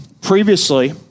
Previously